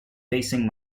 facing